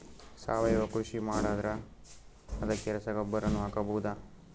ಸಾವಯವ ಕೃಷಿ ಮಾಡದ್ರ ಅದಕ್ಕೆ ರಸಗೊಬ್ಬರನು ಹಾಕಬಹುದಾ?